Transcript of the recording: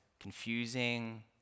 Confusing